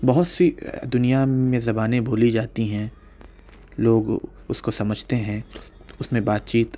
بہت سی دنیا میں زبانیں بولی جاتی ہیں لوگ اس کو سمجھتے ہیں اس میں بات چیت